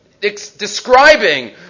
describing